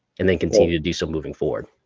and then continue to do so moving forward.